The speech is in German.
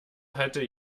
hatte